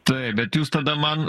taip bet jūs tada man